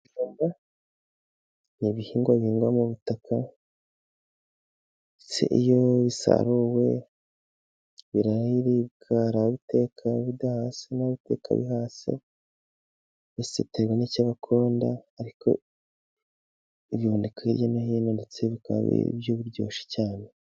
Ibijumba ni ibihingwa bihingwa mu butaka. Iyo bisaruwe biraribwa. Hari ababiteka bidahase n'ababiteka bihase byose biterwa n'icyo bakunda. Ariko biboneka hirya no hino, ndetse bikaba ari ibiryo biryoshye cyane.